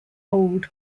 old